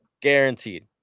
Guaranteed